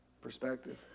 Perspective